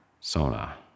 Sona